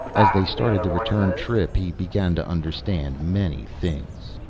as they started the return trip he began to understand many things.